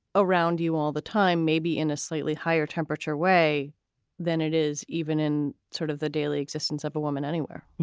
around you all the time, maybe in a slightly higher temperature way than it is even in sort of the daily existence of a woman anywhere